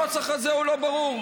הנוסח הזה הוא לא ברור.